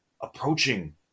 approaching